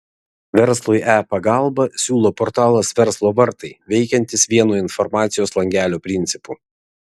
verslui e pagalbą siūlo portalas verslo vartai veikiantis vieno informacijos langelio principu